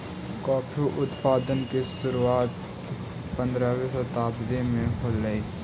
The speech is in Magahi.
कॉफी उत्पादन की शुरुआत पंद्रहवी शताब्दी में होलई